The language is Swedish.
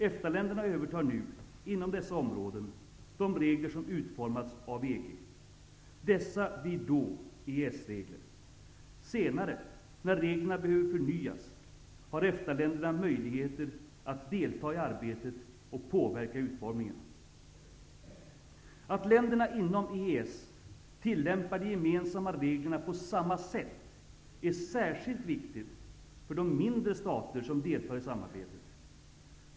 EFTA-länderna övertar nu -- inom dessa områden -- de regler som utformats av EG. Dessa blir då EES-regler. Senare, när reglerna behöver förnyas har EFTA-länderna möjligheter att delta i arbetet och påverka utformningen. Att länderna inom EES tillämpar de gemensamma reglerna på samma sätt är särskilt viktigt för de mindre stater som deltar i samarbetet.